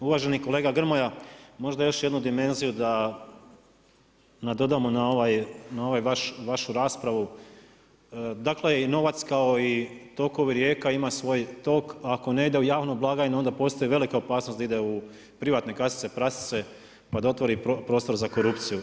Uvaženi kolega Grmoja, možda još jednu dimenziju da nadodamo na ovu vašu raspravu, dakle i novac kao i tokovi rijeka ima svoj tok, ako ne ide u javnu blagajnu onda postoji velika opasnost da ide u privatne kasice prasice pa da otvori prostor za korupciju.